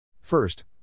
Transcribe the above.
First